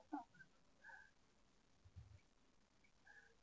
ya